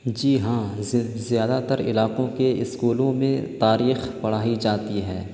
جی ہاں زب زیادہ تر علاقوں کے اسکولوں میں تاریخ پڑھائی جاتی ہے